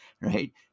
Right